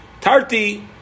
Tarti